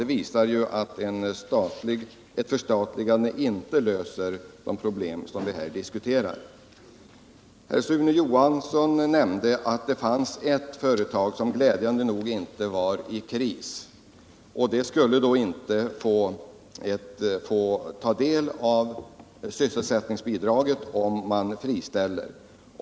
Det visar att ett förstatligande inte löser de problem som vi har diskuterat. Herr Sune Johansson nämnde att det finns ett företag som glädjande nog inte är i kris. Om t.ex. Sandviken friställer får det företaget inte del av det här stödet.